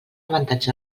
avantatge